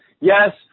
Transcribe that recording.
Yes